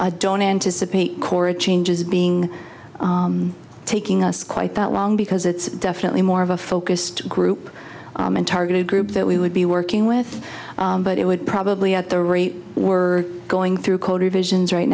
i don't anticipate cora changes being taking us quite that long because it's definitely more of a focused group and targeted group that we would be working with but it would probably at the rate we're going through